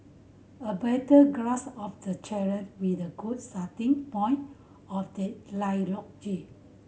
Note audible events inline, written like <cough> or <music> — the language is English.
a better grass of the challenge with a good starting point of the <unintelligible>